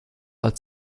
als